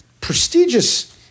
prestigious